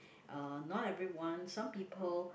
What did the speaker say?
uh not everyone some people